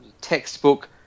Textbook